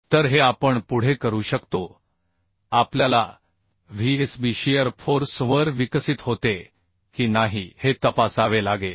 तर हे आपण पुढे करू शकतो आपल्याला Vsb शीअर फोर्स वर विकसित होते की नाही हे तपासावे लागेल